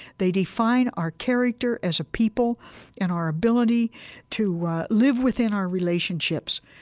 they define our character as a people and our ability to live within our relationships.